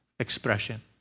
expression